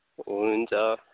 हुन्छ